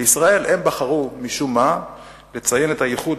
בישראל הם בחרו משום מה לציין את הייחוד,